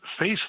face